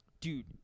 dude